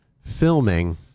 filming